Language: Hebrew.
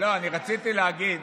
אני פשוט לא יודע מה לעשות,